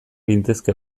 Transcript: gintezke